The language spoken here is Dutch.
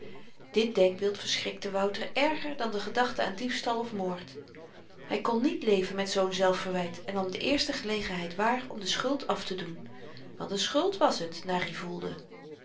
dit denkbeeld verschrikte wouter erger dan de gedachte aan diefstal of moord hy kon niet leven met zoo'n zelfverwyt en nam de eerste gelegenheid waar om de schuld af tedoen want n schuld wàs het naar i voelde